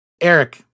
Eric